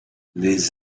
les